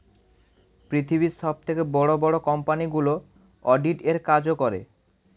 পৃথিবীর সবথেকে বড় বড় কোম্পানিগুলো অডিট এর কাজও করে